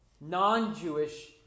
non-Jewish